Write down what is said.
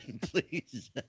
Please